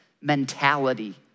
mentality